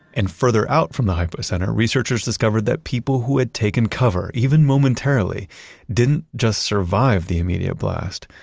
and further out from the hypocenter, researchers discovered that people who had taken cover even momentarily didn't just survive the immediate blast.